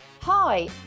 Hi